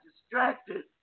distracted